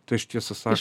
tai aš tiesą sakant